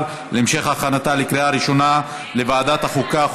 להמשך הכנתה לקריאה ראשונה לוועדת החוקה,